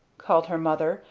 called her mother,